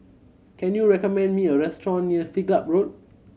can you recommend me a restaurant near Siglap Road